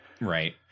Right